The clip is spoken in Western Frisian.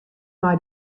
mei